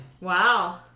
Wow